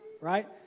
right